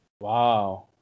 Wow